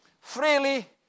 Freely